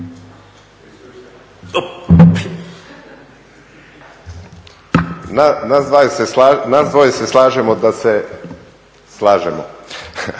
Nas dvoje se slažemo da se slažemo.